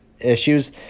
issues